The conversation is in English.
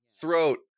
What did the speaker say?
throat